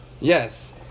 Yes